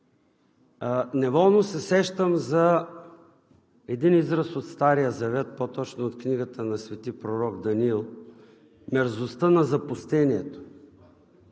неволно се сещам за един израз от Стария завет, по-точно от книгата на Св. пророк Даниил: „Мерзостта на запустението“.